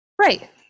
right